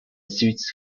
seeds